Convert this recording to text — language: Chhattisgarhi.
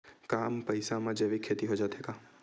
कम पईसा मा जैविक खेती हो जाथे का?